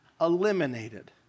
eliminated